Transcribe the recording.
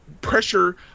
pressure